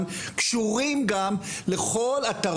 קודם כול,